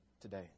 today